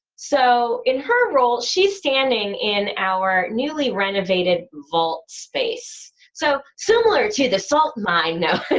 so in her role, she is standing in our newly renovated vault space. so similar to the salt mine,